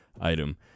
item